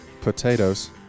Potatoes